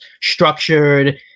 structured